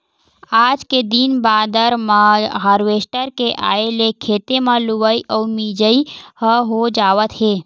आज के दिन बादर म हारवेस्टर के आए ले खेते म लुवई अउ मिजई ह हो जावत हे